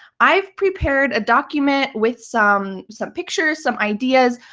i've prepared a document with some some pictures, some ideas.